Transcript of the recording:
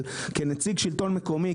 אבל כנציג שלטון מקומי,